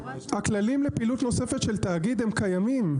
הכללים לפעילות נוספת של תאגיד הם קיימים.